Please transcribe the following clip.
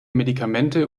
medikamente